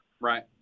Right